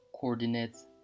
coordinates